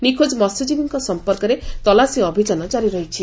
ନିଖୋଜ ମହ୍ୟଜୀବୀଙ୍କ ସଂପର୍କରେ ତଲାସି ଅଭିଯାନ ଜାରି ରହିଛି